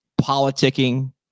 politicking